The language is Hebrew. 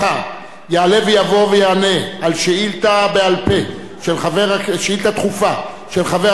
יעלה ויבוא ויענה על שאילתא דחופה של חבר הכנסת יצחק